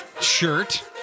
shirt